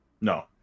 No